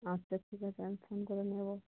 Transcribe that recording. আচ্ছা ঠিক আছে আমি ফোন করে নেবো